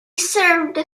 served